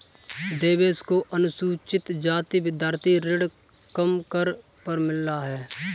देवेश को अनुसूचित जाति विद्यार्थी ऋण कम दर पर मिला है